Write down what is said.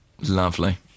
Lovely